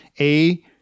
A-